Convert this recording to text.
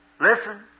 Listen